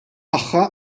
tagħha